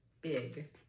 big